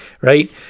right